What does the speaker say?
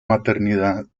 maternidad